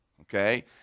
Okay